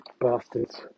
bastards